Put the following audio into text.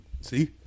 See